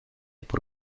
por